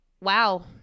wow